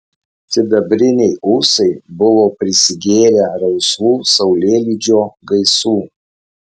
sidabriniai ūsai buvo prisigėrę rausvų saulėlydžio gaisų